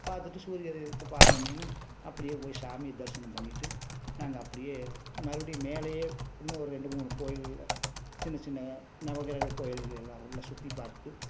பார்த்துட்டு சூரிய உதயத்தை பாத்தவுடனேயமும் அப்படியே போய் சாமியை தரிசனம் பண்ணிட்டு நாங்கள் அப்படியே மறுபடியும் மேலேயே இன்னும் ஒரு ரெண்டு மூணு கோயிலில் சின்ன சின்ன நவக்கிரக கோவில்கள் எல்லாம் உள்ளே சுற்றி பார்த்துட்டு